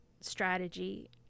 strategy